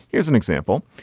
here's an example.